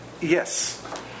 Yes